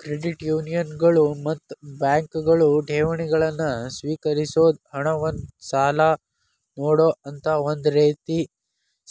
credit ಯೂನಿಯನ್ಗಳು ಮತ್ತ ಬ್ಯಾಂಕ್ಗಳು ಠೇವಣಿಗಳನ್ನ ಸ್ವೇಕರಿಸೊದ್, ಹಣವನ್ನ್ ಸಾಲ ನೇಡೊಅಂತಾ ಒಂದ ರೇತಿ